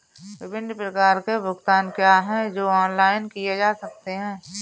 विभिन्न प्रकार के भुगतान क्या हैं जो ऑनलाइन किए जा सकते हैं?